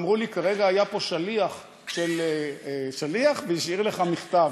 אמרו לי: כרגע היה פה שליח והשאיר לך מכתב.